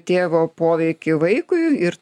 tėvo poveikį vaikui ir